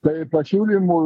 tai pasiūlymų